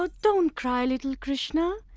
don't don't cry, little krishna.